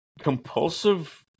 Compulsive